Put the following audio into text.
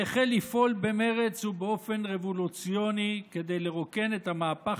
והחל לפעול במרץ ובאופן רבולוציוני כדי לרוקן את המהפך